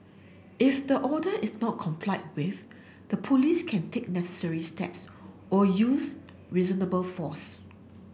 if the order is not complied with the Police can take necessary steps or use reasonable force